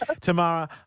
Tamara